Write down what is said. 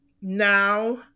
now